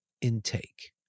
intake